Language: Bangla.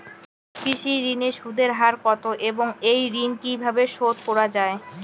কৃষি ঋণের সুদের হার কত এবং এই ঋণ কীভাবে শোধ করা য়ায়?